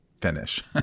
finish